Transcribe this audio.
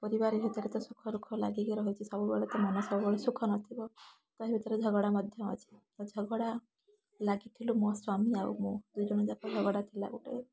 ପରିବାର ଭିତରେ ତ ସୁଖଦୁଖଃ ଲାଗିକି ରହିଛି ସବୁବେଳେତ ମନ ସବୁବେଳେ ସୁଖ ନଥିବ ତା ଭିତରେ ଝଗଡ଼ା ମଧ୍ୟ ଅଛି ଝଗଡ଼ା ଲାଗିଥିଲୁ ମୋ ସ୍ୱାମୀ ଆଉ ମୁଁ ଦୁଇଜଣଯାକ ଝଗଡ଼ା ଥିଲା ଗୋଟେ